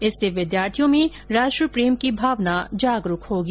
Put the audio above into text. इससे विधार्थियों में राष्ट्रप्रेम की भावना जागरूक होगी